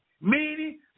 meaning